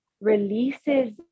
releases